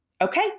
Okay